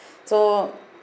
so